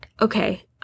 okay